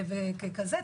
ככזה,